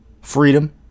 freedom